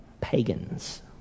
pagans